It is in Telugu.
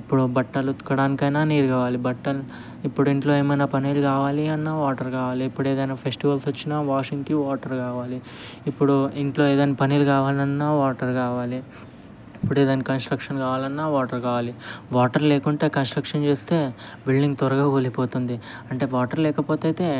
ఇప్పుడు బట్టలు ఉతకడానికైనా నీరు కావాలి బట్టలు ఇప్పుడు ఇంట్లో ఏమైనా పనులు కావాలి అన్న వాటర్ కావాలి ఇప్పుడు ఏదైనా ఫెస్టివల్స్ వచ్చినా వాషింగ్కి వాటర్ కావాలి ఇప్పుడు ఇంట్లో ఏదైనా పనులు కావాలన్నా వాటర్ కావాలి ఇప్పుడు ఏదైనా కన్స్ట్రక్షన్ కావాలన్నా వాటర్ కావాలి వాటర్ లేకుంటే కన్స్ట్రక్షన్ చేస్తే బిల్డింగ్ త్వరగా కూలిపోతుంది అంటే వాటర్ లేకపోతే అయితే